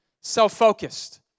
self-focused